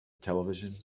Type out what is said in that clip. television